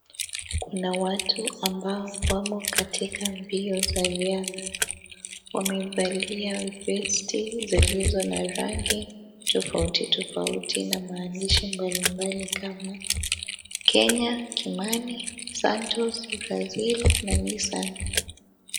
Kuna watu ambao wamo katika mbio za riadha. Wamevalia vesti zilizo na rangi tofauti tofauti na maandishi mbalimbali kama Kenya, Kimani, Santos, Brazil na Nissan.